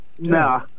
no